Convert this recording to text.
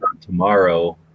tomorrow